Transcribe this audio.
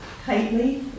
Tightly